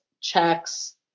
checks